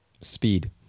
Speed